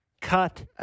cut